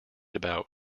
about